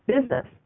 business